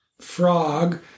frog